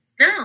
No